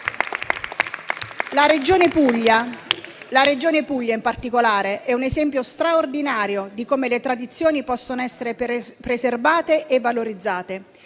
La Regione Puglia, in particolare, è un esempio straordinario di come le tradizioni possono essere preservate e valorizzate.